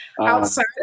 Outside